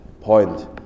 point